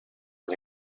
une